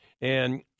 And-